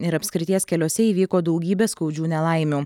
ir apskrities keliuose įvyko daugybė skaudžių nelaimių